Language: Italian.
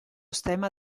stemma